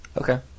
Okay